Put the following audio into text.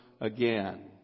again